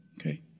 Okay